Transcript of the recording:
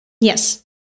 Yes